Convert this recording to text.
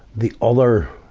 the other,